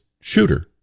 shooter